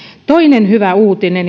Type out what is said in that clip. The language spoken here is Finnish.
toinen hyvä uutinen